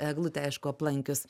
eglutę aišku aplankius